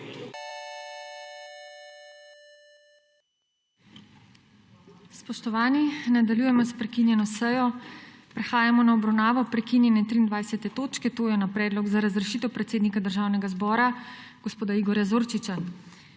Spoštovani, nadaljujemo s prekinjeno sejo. **Prehajamo na obravnavo prekinjene 23. točke - Predlog za razrešitev predsednika državnega zbora gospoda Igorja Zorčiča.**